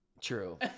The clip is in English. True